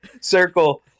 Circle